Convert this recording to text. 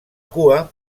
cua